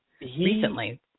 recently